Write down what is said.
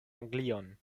anglion